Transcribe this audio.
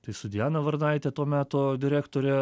tai su diana varnaite to meto direktore